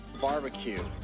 Barbecue